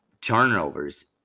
turnovers